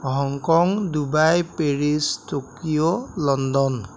Hong Kong Dubai Paris Tokyo London